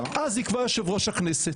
אז יקבע יושב-ראש הכנסת.